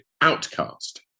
Outcast